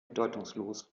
bedeutungslos